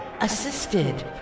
assisted